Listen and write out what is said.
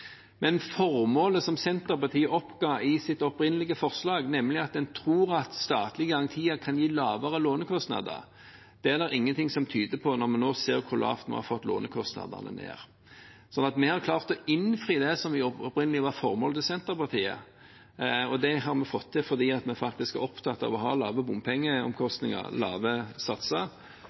Men formålet Senterpartiet oppga i sitt opprinnelige forslag, nemlig at en tror at statlige garantier kan gi lavere lånekostnader – dette er det ingenting som tyder på, når vi nå ser hvor langt ned vi har fått lånekostnadene. Så vi har klart å innfri det som opprinnelig var formålet til Senterpartiet, og det har vi fått til fordi vi faktisk er opptatt av å ha lave bompengeomkostninger og lave satser.